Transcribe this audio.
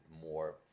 more